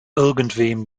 irgendwem